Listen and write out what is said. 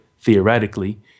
theoretically